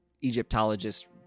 Egyptologists